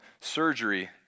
surgery